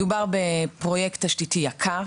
מדובר בפרויקט תשתיתי יקר